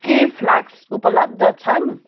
के फ्लास्क उपलब्ध छन्